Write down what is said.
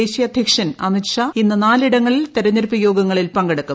ദേശീയ അധ്യക്ഷൻ അമിത്ഷാ ഇന്ന് നാലിടങ്ങളിൽ തിരഞ്ഞെടുപ്പ് യോഗങ്ങളിൽ പങ്കെടുക്കും